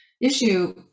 Issue